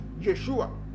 yeshua